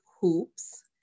hoops